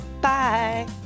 Bye